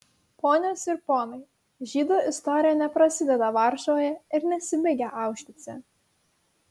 ponios ir ponai žydų istorija neprasideda varšuvoje ir nesibaigia aušvice